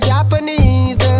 Japanese